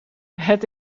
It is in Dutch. het